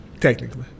Technically